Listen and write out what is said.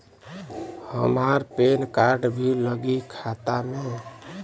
हमार PAN card भी लगी खाता में?